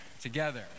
together